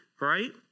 right